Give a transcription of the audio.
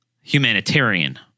Humanitarian